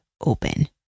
open